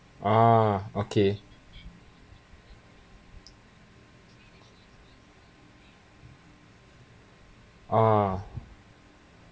ah okay ah